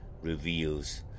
Reveals